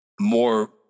more